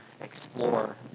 explore